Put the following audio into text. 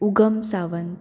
उगम सावंत